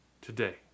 today